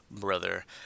brother